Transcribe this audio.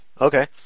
Okay